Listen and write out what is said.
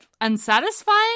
unsatisfying